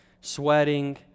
sweating